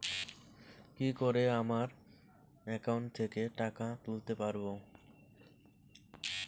কি করে আমার একাউন্ট থেকে টাকা তুলতে পারব?